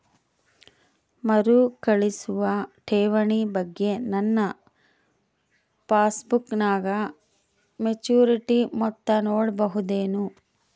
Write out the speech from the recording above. ಮರುಕಳಿಸುವ ಠೇವಣಿ ಬಗ್ಗೆ ನನ್ನ ಪಾಸ್ಬುಕ್ ನಾಗ ಮೆಚ್ಯೂರಿಟಿ ಮೊತ್ತ ನೋಡಬಹುದೆನು?